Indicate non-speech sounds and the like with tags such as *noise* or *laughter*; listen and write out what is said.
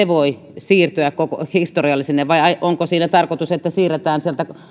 *unintelligible* voi siirtyä historiallisesti vai onko siinä tarkoitus että siirretään